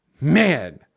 man